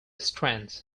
strengths